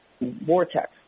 vortex